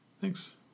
thanks